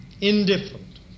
indifferent